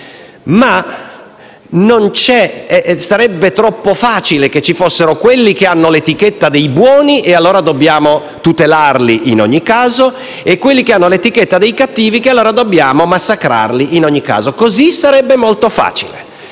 semplice: sarebbe troppo facile se ci fossero quelli con l'etichetta dei buoni, che dobbiamo tutelare in ogni caso, e quelli con l'etichetta dei cattivi, che dobbiamo massacrare in ogni caso. Così sarebbe molto facile.